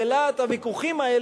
בלהט הוויכוחים האלה,